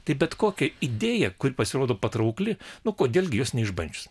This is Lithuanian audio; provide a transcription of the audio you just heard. tai bet kokia idėja kuri pasirodo patraukli nu kodėl gi jos neišbandžius